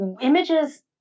images